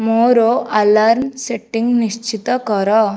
ମୋର alarm setting ନିଶ୍ଚିତ କର